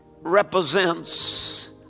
represents